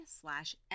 slash